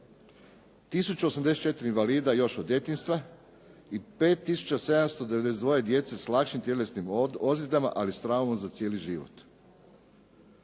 1084 invalida još od djetinjstva i 5792 s lakšim tjelesnim ozljedama, ali s traumom za cijeli život.